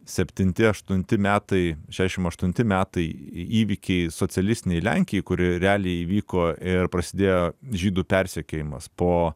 septinti aštunti metai šešim aštunti metai į įvykiai socialistinei lenkijai kuri realiai įvyko ir prasidėjo žydų persekiojimas po